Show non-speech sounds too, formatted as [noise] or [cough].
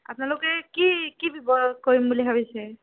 আপোনালোকে কি কি [unintelligible] কৰিম বুলি ভাবিছে